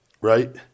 right